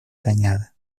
cañada